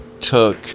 took